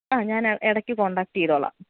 ആ ഞാന് ഇടയ്ക്ക് കോൺടാക്ടെയ്തോളാം